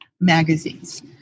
magazines